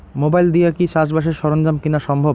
Mobile দিয়া কি চাষবাসের সরঞ্জাম কিনা সম্ভব?